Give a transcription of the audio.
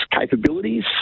capabilities